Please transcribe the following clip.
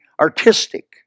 artistic